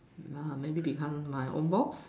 uh maybe become my own box